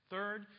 Third